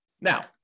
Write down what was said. Now